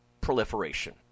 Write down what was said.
proliferation